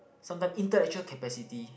sometime intellectual capacity